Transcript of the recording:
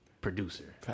producer